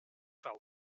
falta